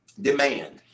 demand